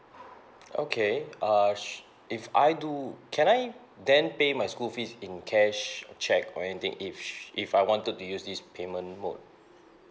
okay err should if I do can I then pay my school fees in cash cheque or anything if she if I wanted to use this payment mode